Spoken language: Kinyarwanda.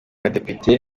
badepite